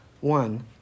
one